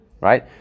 right